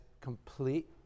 complete